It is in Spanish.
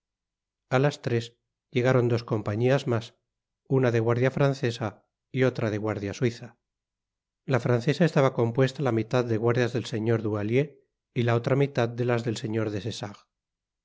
a las tres llegaron dos compañías mas una de guardia francesa y otra de guardia suiza la francesa estaba compuesta la mitad de guardias del señor duhallier y la otra mitad de los del señor